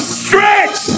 stretch